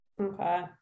Okay